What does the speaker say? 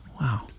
Wow